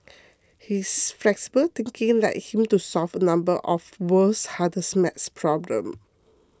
his flexible thinking led him to solve a number of world's hardest math problems